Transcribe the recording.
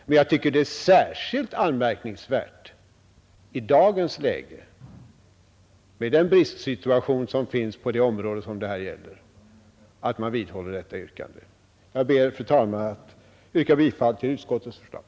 Men jag tycker detta är särskilt anmärkningsvärt i dagens läge med den bristsituation som finns på de områden det här gäller. Jag ber, fru talman, att få yrka bifall till utskottets förslag.